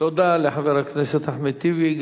תודה לחבר הכנסת אחמד טיבי.